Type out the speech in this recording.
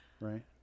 Right